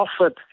offered